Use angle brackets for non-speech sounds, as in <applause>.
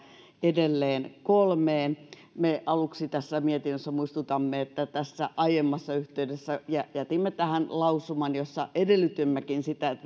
edelleen kolmeen me aluksi tässä mietinnössä muistutamme että tässä aiemmassa yhteydessä jätimme tähän lausuman jossa edellytimmekin sitä että <unintelligible>